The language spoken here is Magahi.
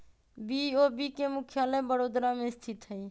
बी.ओ.बी के मुख्यालय बड़ोदरा में स्थित हइ